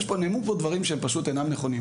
נאמרו פה דברים שהם פשוט אינם נכונים,